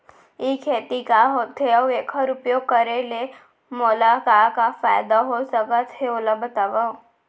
ई खेती का होथे, अऊ एखर उपयोग करे ले मोला का का फायदा हो सकत हे ओला बतावव?